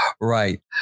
right